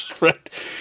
right